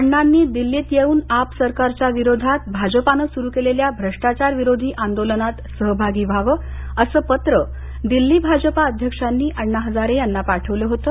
अण्णांनी दिल्लीत येऊन आप सरकारच्या विरोधात भाजपानं सुरु केलेल्या भ्रष्टाचार विरोधी आंदोलनात सहभागी व्हावं असं पत्र दिल्ली भाजपा अध्यक्षांनी अण्णा हजारे यांना पाठवलं होतं